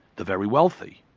the very wealthy.